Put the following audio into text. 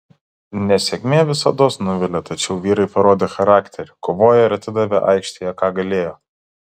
nesėkmė visados nuvilia tačiau vyrai parodė charakterį kovojo ir atidavė aikštėje ką galėjo